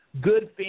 good